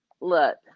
Look